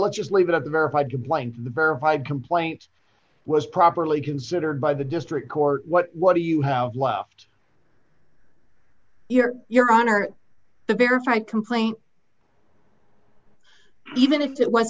let's just leave it up verified complaint the burb five complaint was properly considered by the district court what what do you have left your your honor the verified complaint even if it was